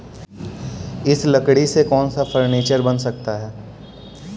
इस लकड़ी से कौन सा फर्नीचर बन सकता है?